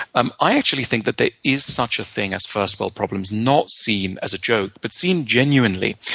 um i actually think that there is such a thing as first world problems, not seen as a joke, but seen genuinely,